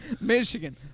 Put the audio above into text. Michigan